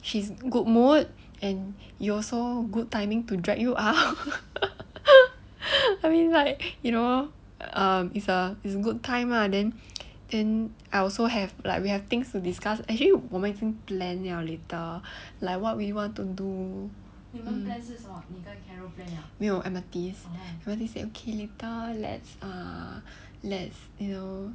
she's good mode and you also good timing to drag you out I mean like you know um is a good time lah then and I also have like we have things to discuss actually 我们已经 plan liao later like what we want to do no 是 amethyst